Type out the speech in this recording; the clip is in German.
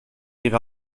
ihre